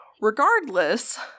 regardless